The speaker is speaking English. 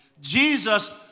Jesus